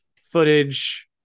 footage